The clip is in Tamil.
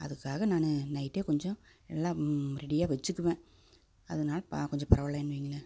அதுக்காக நான் நைட்டே கொஞ்சம் எல்லாம் ரெடியாக வச்சுக்குவேன் அது என்னமோ ப கொஞ்சம் பரவால்லன்னு வைங்களேன்